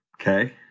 okay